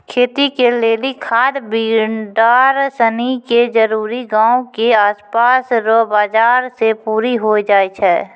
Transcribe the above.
खेती के लेली खाद बिड़ार सनी के जरूरी गांव के आसपास रो बाजार से पूरी होइ जाय छै